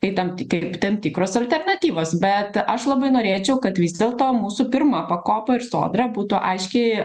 kai tam ti kaip tam tikros alternatyvos bet aš labai norėčiau kad vis dėlto mūsų pirma pakopa ir sodra būtų aiškiai